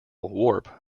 warp